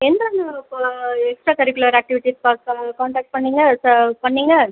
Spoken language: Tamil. எந்தெந்தப்பா எக்ஸ்ட்ரா கரிக்குலர் ஆக்டிவிட்டீஸ் காண்டாக்ட் பண்ணீங்கள் ச பண்ணீங்கள்